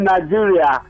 Nigeria